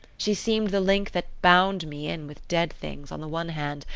she seemed the link that bound me in with dead things on the one hand,